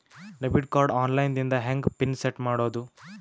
Debit card online ದಿಂದ ಹೆಂಗ್ pin set ಮಾಡೋದು?